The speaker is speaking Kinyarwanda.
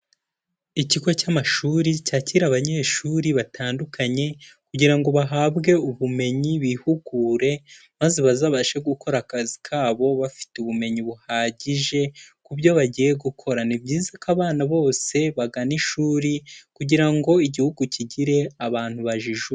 Ikigo cy'amashuri cyakira abanyeshuri batandukanye kugira ngo bahabwe ubumenyi, bihugure maze bazabashe gukora akazi kabo bafite ubumenyi buhagije ku byo bagiye gukora, ni byiza ko abana bose bagana ishuri kugira ngo igihugu kigire abantu bajijjutse.